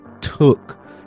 took